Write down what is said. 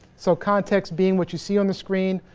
so context being what you see on the screen.